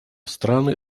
страны